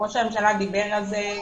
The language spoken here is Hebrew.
ראש הממשלה דיבר על זה,